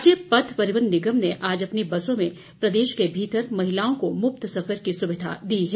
राज्य पथ परिवहन निगम ने आज अपनी बसों में प्रदेश के भीतर महिलाओं को मुफ्त सफर की सुविधा दी जा रही है